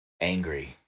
angry